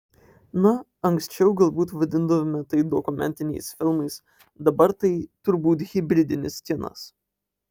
na anksčiau galbūt vadindavome tai dokumentiniais filmais dabar tai turbūt hibridinis kinas